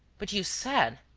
but you said.